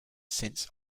since